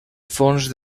fons